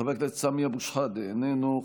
חבר הכנסת סמי אבו שחאדה, איננו.